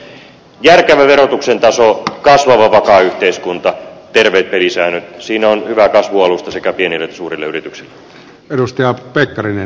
järkevä verotuksen taso kasvava vakaa yhteiskunta terveet pelisäännöt siinä on hyvä kasvualusta sekä pienille että suurille yrityksille